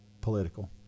political